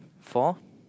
for